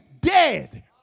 dead